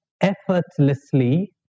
Effortlessly